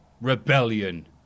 Rebellion